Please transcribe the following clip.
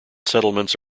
settlements